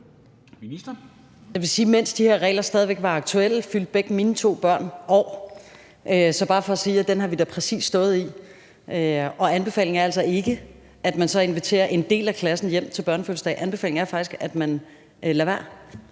Rosenkrantz-Theil): Mens de her regler stadig væk var aktuelle, fyldte begge mine børn år. Det er bare for at sige, at præcis den situation har vi stået i, og anbefalingen er altså ikke, at man så inviterer en del af klassen hjem til børnefødselsdag. Anbefalingen er faktisk, at man lader være.